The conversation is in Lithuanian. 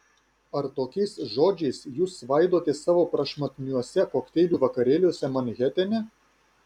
ar tokiais žodžiais jūs svaidotės savo prašmatniuose kokteilių vakarėliuose manhetene